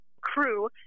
crew